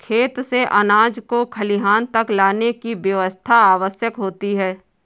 खेत से अनाज को खलिहान तक लाने की व्यवस्था आवश्यक होती है